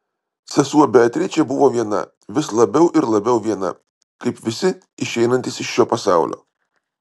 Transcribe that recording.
sesuo beatričė buvo viena vis labiau ir labiau viena kaip visi išeinantys iš šio pasaulio